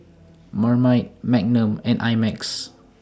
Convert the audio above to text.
Marmite Magnum and I Max